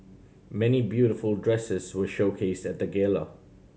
many beautiful dresses were showcased at the gala